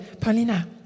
Paulina